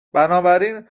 بنابراین